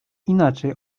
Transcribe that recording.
inaczej